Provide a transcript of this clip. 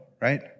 right